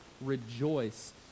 rejoice